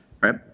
right